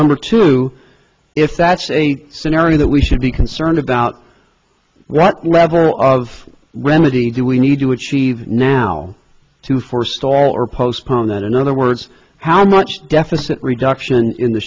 number two if that's a scenario that we should be concerned about what level of remedy do we need to achieve now to forestall or postpone that in other words how much deficit reduction in the